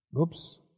oops